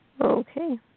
Okay